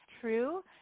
True